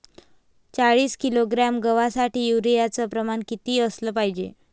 चाळीस किलोग्रॅम गवासाठी यूरिया च प्रमान किती असलं पायजे?